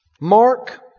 Mark